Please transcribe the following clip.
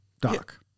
Doc